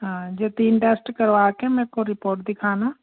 हाँ यह तीन टेस्ट करवा कर मेरे को रिपोर्ट दिखाना